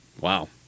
Wow